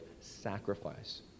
sacrifice